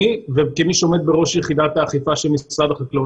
אני כמי שעומד בראש יחידת האכיפה של משרד החקלאות,